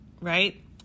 right